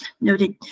Noted